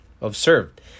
observed